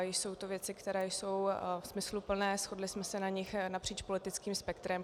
Jsou to věci, které jsou smysluplné, shodli jsme se na nich napříč politickým spektrem.